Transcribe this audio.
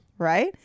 right